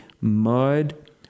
mud